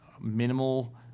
minimal